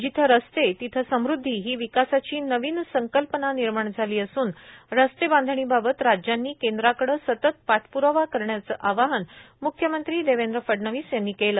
जिथ रस्ते तिथ समृध्दी ही विकासाची नवीन संकल्पना निर्माण झाली असून रस्ते बांधणीबाबत राज्यांनी केंद्राकड सतत पाठप्रावा करण्याचे आवाहन मुख्यमंत्री देवेंद्र फडणवीस यांनी केले